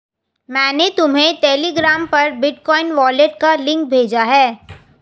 मैंने तुम्हें टेलीग्राम पर बिटकॉइन वॉलेट का लिंक भेजा है